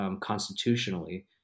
constitutionally